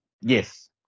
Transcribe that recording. Yes